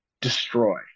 destroy